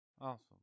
awesome